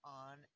on